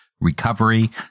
recovery